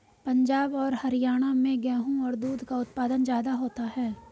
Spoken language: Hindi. पंजाब और हरयाणा में गेहू और दूध का उत्पादन ज्यादा होता है